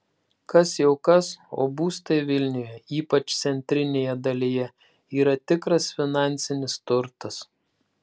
kas jau kas o būstai vilniuje ypač centrinėje dalyje yra tikras finansinis turtas